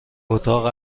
اتاق